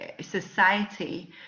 society